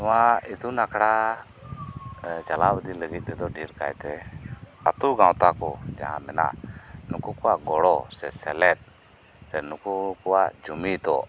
ᱱᱚᱣᱟ ᱤᱛᱩᱱ ᱟᱠᱷᱲᱟ ᱪᱟᱞᱟᱣ ᱤᱫᱤ ᱞᱟᱹᱜᱤᱫ ᱛᱮᱫᱚ ᱰᱷᱤᱨ ᱠᱟᱭᱛᱮ ᱟᱛᱩ ᱜᱟᱶᱛᱟᱠᱩ ᱡᱟᱦᱟᱸ ᱢᱮᱱᱟᱜ ᱱᱩᱠᱩ ᱠᱚᱣᱟᱜ ᱜᱚᱲᱚ ᱥᱮ ᱥᱮᱞᱮᱫ ᱥᱮ ᱱᱩᱠᱩ ᱠᱚᱣᱟᱜ ᱡᱩᱢᱤᱫᱚᱜ